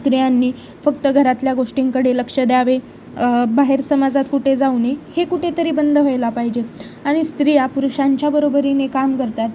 स्त्रियांनी फक्त घरातल्या गोष्टींकडे लक्ष द्यावे बाहेर समाजात कुठे जाऊ नाही हे कुठेतरी बंद व्हायला पाहिजे आणि स्त्रिया पुरुषांच्याबरोबरीने काम करतात